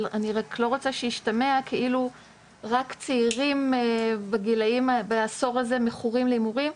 אבל אני רק לא רוצה שישתמע כאילו רק צעירים בעשור הזה מכורים להימורים.